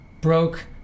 broke